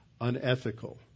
unethical